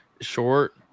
short